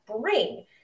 bring